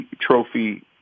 trophy